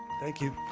thank you.